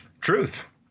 truth